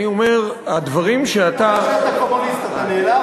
אנחנו עוברים להודעה אישית של חבר הכנסת דב חנין.